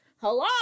Hello